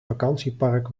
vakantiepark